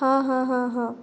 हां हां हां हां